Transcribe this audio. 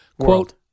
quote